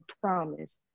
promise